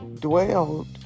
dwelled